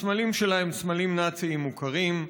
הסמלים הם סמלים נאציים מוכרים,